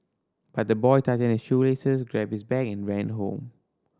but the boy tightened his shoelaces grabbed his bag and ran home